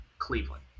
Cleveland